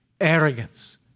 Arrogance